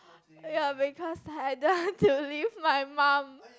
ya because I don't want to do leave my mum